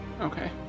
okay